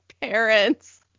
parents